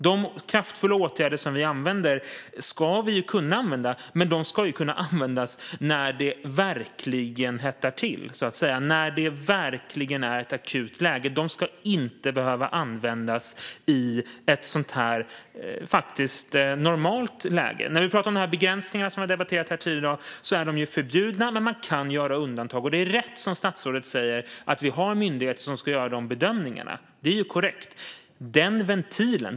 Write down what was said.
De kraftfulla åtgärder som vi använder ska kunna användas när det verkligen hettar till, så att säga, när det verkligen är ett akut läge. De ska inte behöva användas i ett sådant här läge, som faktiskt är normalt. De begränsningar som vi har debatterat här tidigare i dag är förbjudna, men man kan göra undantag. Som statsrådet säger har vi myndigheter som ska göra de bedömningarna. Det är korrekt.